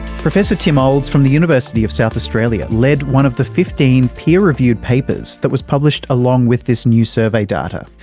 professor tim olds from the university of south australia led one of the fifteen peer reviewed papers that was published along with this new survey data.